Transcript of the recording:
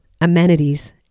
amenities